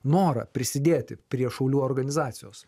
norą prisidėti prie šaulių organizacijos